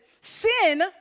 sin